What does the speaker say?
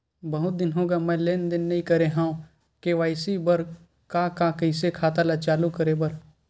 बहुत दिन हो गए मैं लेनदेन नई करे हाव के.वाई.सी बर का का कइसे खाता ला चालू करेबर?